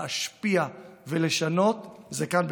להשפיע ולשנות זה כאן,